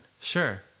Sure